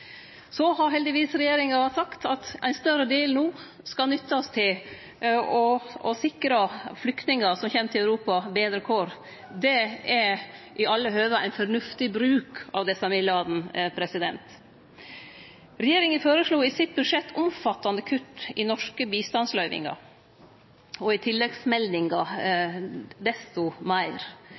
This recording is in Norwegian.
Så har heldigvis regjeringa sagt at ein større del no skal nyttast til å sikre flyktningar som kjem til Europa, betre kår. Det er i alle høve ein fornuftig bruk av desse midlane. Regjeringa føreslo i budsjettet omfattande kutt i norske bistandsløyvingar og i tilleggsmeldinga desto meir.